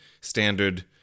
standard